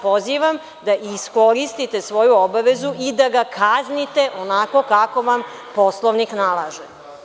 Pozivam vas da iskoristite svoju obavezu i da ga kaznite onako kako vam Poslovnik nalaže.